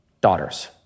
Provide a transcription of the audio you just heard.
daughters